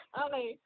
okay